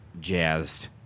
jazzed